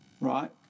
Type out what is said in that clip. right